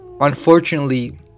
unfortunately